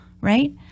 right